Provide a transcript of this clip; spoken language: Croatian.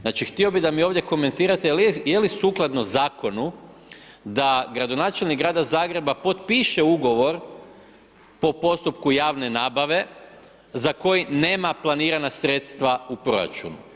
Znači, htio bi da mi ovdje komentirate je li sukladno zakonu da gradonačelnik Grada Zagreba potpiše ugovor po postupku javne nabave za koji nema planirana sredstva u proračunu.